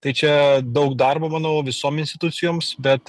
tai čia daug darbo manau visom institucijoms bet